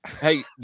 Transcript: Hey